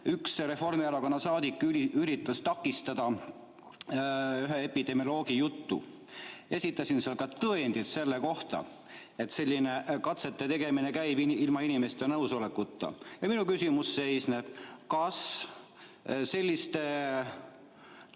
üks Reformierakonna liige üritas takistada ühe epidemioloogi juttu. Esitasin seal ka tõendid selle kohta, et selline katsete tegemine käib ilma inimeste nõusolekuta. Ja minu küsimus on: kas sellisel